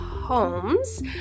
homes